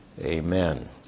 Amen